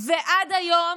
ועד היום,